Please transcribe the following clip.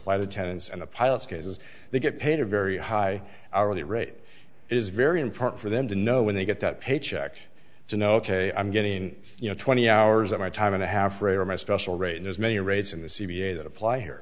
flight attendants and the pilots cases they get paid a very high hourly rate is very important for them to know when they get that paycheck to know ok i'm getting you know twenty hours of my time and a half rate or my special rate as many rates in the c p a that apply here